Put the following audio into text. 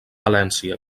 valència